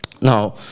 now